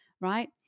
right